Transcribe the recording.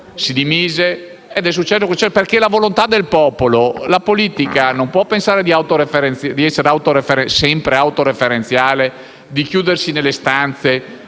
ciò che è successo, perché c'è la volontà del popolo e la politica non può pensare di essere sempre autoreferenziale, di chiudersi nelle stanze